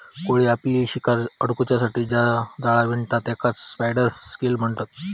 कोळी आपली शिकार अडकुच्यासाठी जा जाळा विणता तेकाच स्पायडर सिल्क म्हणतत